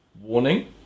warning